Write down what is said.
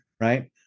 right